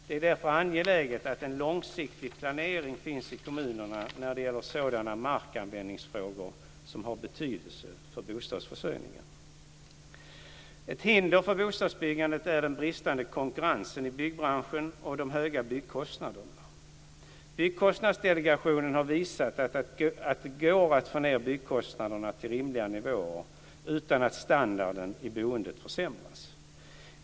Det är därför angeläget att en långsiktig planering finns i kommunerna när det gäller sådana markanvändningsfrågor som har betydelse för bostadsförsörjningen. Ett hinder för bostadsbyggandet är den bristande konkurrensen i byggbranschen och de höga byggkostnaderna. Byggkostnadsdelegationen har visat att det går att få ned byggkostnaderna till rimliga nivåer utan att standarden i boendet försämras.